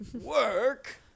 work